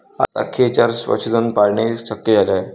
आता खेचर पशुधन पाळणेही शक्य झाले आहे